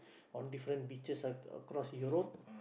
on different beaches ac~ across Europe